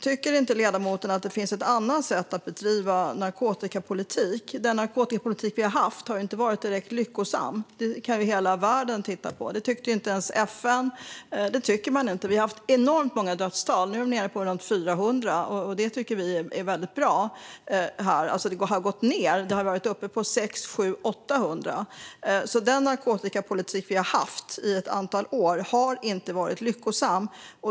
Tycker inte ledamoten att det finns ett annat sätt att bedriva narkotikapolitik på? Den narkotikapolitik som vi har haft har inte varit direkt lyckosam. Det kan hela världen se. Det tyckte inte ens FN. Det tycker man inte. Vi har enormt många dödsfall. Nu är antalet nere på runt 400, vilket vi tycker är väldigt bra. Det har alltså gått ned. Det har varit uppe på 600, 700 och 800. Så den narkotikapolitik som vi har haft ett antal år har inte varit lyckosam.